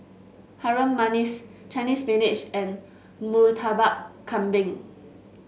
Harum Manis Chinese Spinach and Murtabak Kambing